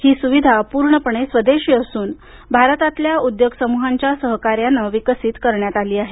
ही सुविधा पूर्णपणे स्वदेशी असून भारतातल्या उद्योग समूहांच्या सहकार्यानं विकसित करण्यात आली आहे